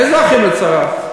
איזה "אחים לצרה"?